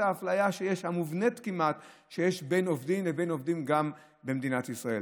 האפליה המובנית כמעט שיש בין עובדים לעובדים במדינת ישראל.